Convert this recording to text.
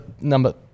number